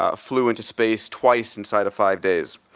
ah flew into space twice inside of five days.